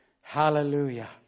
Hallelujah